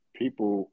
people